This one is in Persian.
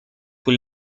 پول